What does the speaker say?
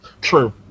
True